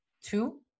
two